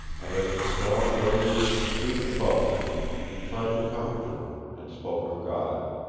and as the storm raved and shrieked above them he tried to comfort her and spoke of god.